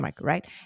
Right